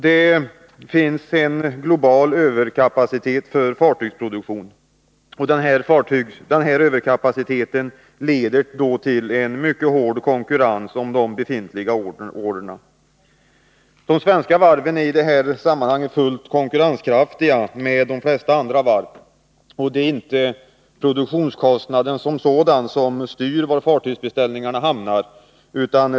Det finns alltså en global överkapacitet för fartygsproduktion. Denna överkapacitet leder till en mycket hård konkurrens om befintliga order. De svenska varven är fullt konkurrenskraftiga med de flesta andra varv, och det är inte produktionskostnaden som sådan som styr var fartygsbeställningarna hamnar.